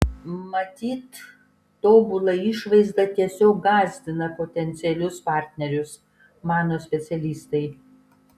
matyt tobula išvaizda tiesiog gąsdina potencialius partnerius mano specialistai